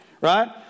Right